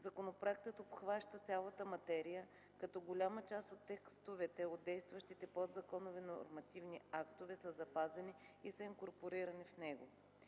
Законопроектът обхваща цялата материя, като голяма част от текстовете от действащите подзаконови нормативни актове са запазени и са инкорпорирани в него.